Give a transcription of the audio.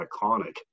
iconic